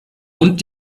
und